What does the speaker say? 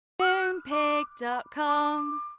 Moonpig.com